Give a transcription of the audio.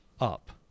up